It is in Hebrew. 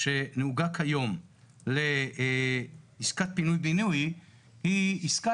שנהוגה כיום לעסקת פינוי בינוי היא עסקה